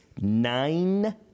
nine